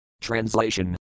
Translation